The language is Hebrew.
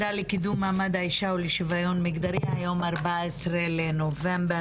מעמד האישה ולשוויון מגדרי, היום 14 לנובמבר